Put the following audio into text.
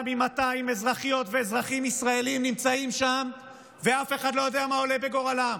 מ-200 אזרחיות ואזרחים ישראלים נמצאים שם ואף אחד לא יודע מה עולה בגורלם.